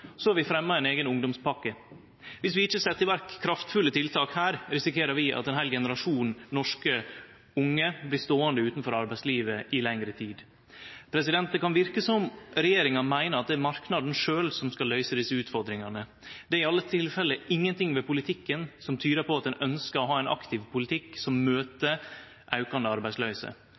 Så har vi fremja ein eigen ungdomspakke. Dersom vi ikkje set i verk kraftfulle tiltak her, risikerer vi at ein heil generasjon norske unge blir ståande utanfor arbeidslivet i lengre tid. Det kan verke som om regjeringa meiner at det er marknaden sjølv som skal løyse desse utfordringane. Det er i alle tilfelle ingenting ved politikken som tyder på at ein ønskjer å ha ein aktiv politikk som møter aukande arbeidsløyse.